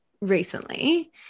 recently